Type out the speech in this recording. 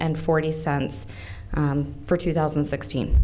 and forty cents for two thousand and sixteen